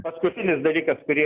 paskutinis dalykas kurį